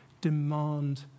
demand